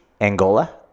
Angola